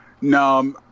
No